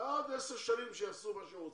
בעוד עשר שנים, שיעשו מה שהם רוצים.